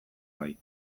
bai